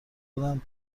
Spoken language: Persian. دارم